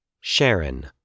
Sharon